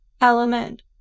element